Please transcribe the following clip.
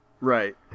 Right